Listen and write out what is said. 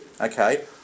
okay